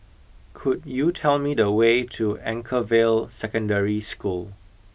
could you tell me the way to Anchorvale Secondary School